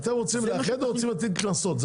אתם רוצים להקל או להטיל קנסות.